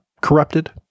Corrupted